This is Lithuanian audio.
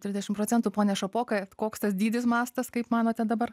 trisdešim procentų pone šapoka koks tas dydis mastas kaip manote dabar